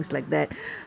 ya